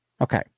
Okay